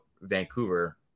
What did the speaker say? Vancouver